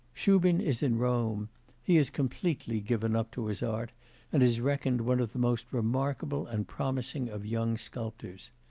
shubin is in rome he is completely given up to his art and is reckoned one of the most remarkable and promising of young sculptors.